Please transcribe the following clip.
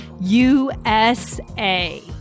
USA